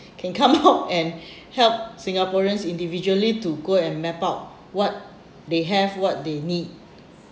can come out and help singaporeans individually to go and map out what they have what they need